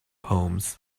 homes